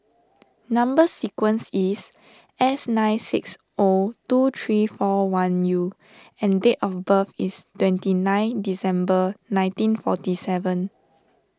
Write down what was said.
Number Sequence is S nine six O two three four one U and date of birth is twenty nine December nineteen forty seven